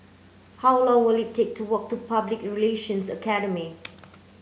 how long will it take to walk to Public Relations Academy